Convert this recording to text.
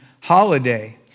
holiday